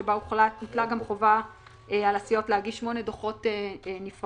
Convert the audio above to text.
שבה הוטלה חובה על הסיעות להגיש שמונה דוחות נפרדים,